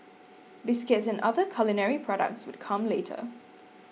biscuits and other culinary products would come later